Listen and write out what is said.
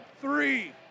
Three